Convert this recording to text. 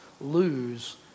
lose